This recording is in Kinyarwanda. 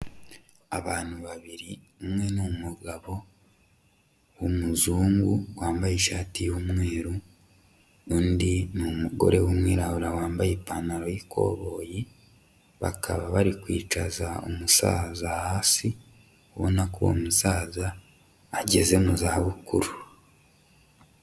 Abantu babiri umwe ni umugabo w'umuzungu wambaye ishati y'umweru, undi ni umugore w'umwirabura wambaye ipantaro y'ikoboyi, bakaba barikwicaza umusaza hasi, ubona ko uwo musaza ageze mu zabukuru.